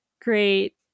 great